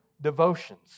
devotions